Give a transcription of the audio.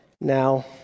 now